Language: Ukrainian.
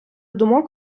думок